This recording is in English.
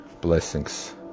blessings